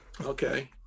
Okay